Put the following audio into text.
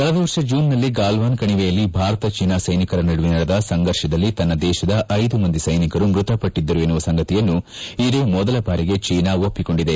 ಕಳೆದ ವರ್ಷ ಜೂನ್ನಲ್ಲಿ ಗಾಲ್ನಾನ್ ಕಣಿವೆಯಲ್ಲಿ ಭಾರತ ಚೀನಾ ಸ್ಸೆನಿಕರ ನಡುವೆ ನಡೆದ ಸಂಫರ್ಷದಲ್ಲಿ ತನ್ನ ದೇಶದ ಐದು ಮಂದಿ ಸೈನಿಕರು ಮೃತಪಟ್ಲದ್ದರು ಎನ್ನುವ ಸಂಗತಿಯನ್ನು ಇದೇ ಮೊದಲ ಬಾರಿಗೆ ಚೀನಾ ಒಪ್ಪಿ ಕೊಂಡಿದೆ